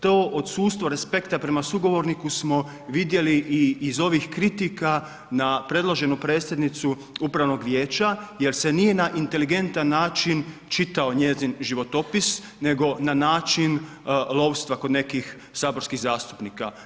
To od sustava respekta prema sugovorniku smo vidjeli i iz ovih kritika na predloženu predsjednicu upravnog vijeća jer se nije na inteligentan način čitao njezin životopis, nego na način lovstva kod nekih saborskih zastupnika.